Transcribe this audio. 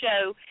show